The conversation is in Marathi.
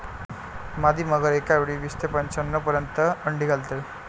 मादी मगर एकावेळी वीस ते पंच्याण्णव पर्यंत अंडी घालते